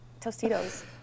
Tostitos